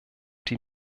die